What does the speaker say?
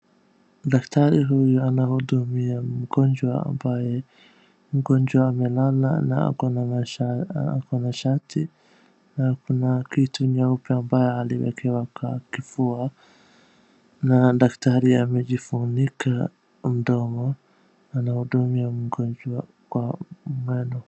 Daktari huyu anahudumiwa mgonjwa ambaye, mgonjwa amelala na ako na shati na kuna kitu nyeupe ambayo aliwekewa kwa kifua na daktari amejifunika mdomo, anahudumiwa mgonjwa wa meno.